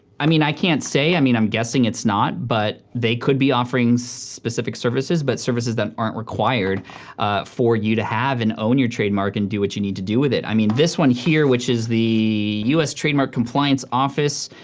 i mean, i can't say, i mean i'm guessing its not but they could be offering specific services but services that aren't required for you to have and own your trademark and do what you need to do with it. i mean this one here which is the us trademark compliance office.